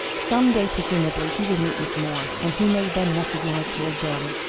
some day, presumably, he will meet miss moore, and he may then recognise her again.